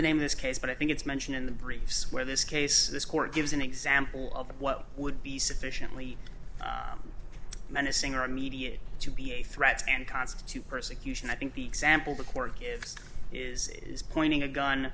the name of this case but i think it's mentioned in the briefs where this case this court gives an example of what would be sufficiently menacing or immediate to be a threat and constitute persecution i think the example the court gives is it is pointing a gun